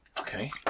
Okay